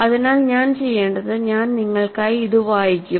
അതിനാൽ ഞാൻ ചെയ്യേണ്ടത് ഞാൻ നിങ്ങൾക്കായി ഇത് വായിക്കും